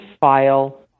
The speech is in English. file